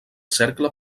cercle